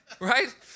Right